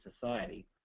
society